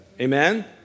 amen